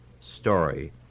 story